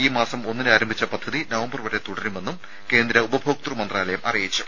ഈ മാസം ഒന്നിന് ആരംഭിച്ച പദ്ധതി നവംബർ വരെ തുടരുമെന്നും കേന്ദ്ര ഉപഭോക്തൃ മന്ത്രാലയം അറിയിച്ചു